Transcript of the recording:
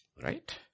Right